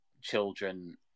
children